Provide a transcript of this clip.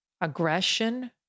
aggression